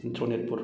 Sonitpur